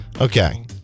Okay